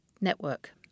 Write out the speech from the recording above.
network